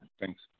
Thanks